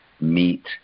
meet